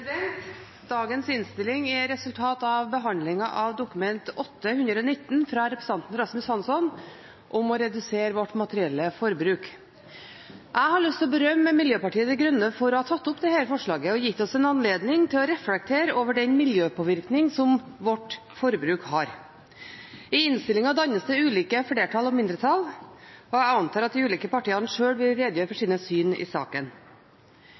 vedtatt. Dagens innstilling er et resultat av behandlingen av Dokument 8:119 S fra representanten Rasmus Hansson om å redusere vårt materielle forbruk. Jeg har lyst til å berømme Miljøpartiet De Grønne for å ha tatt opp dette forslaget og gitt oss en anledning til å reflektere over den miljøpåvirkning vårt forbruk har. I innstillingen dannes det ulike flertall og mindretall, og jeg antar at de ulike partiene sjøl vil redegjøre for sine syn i saken.